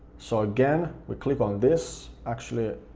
so, again, we click on this. actually,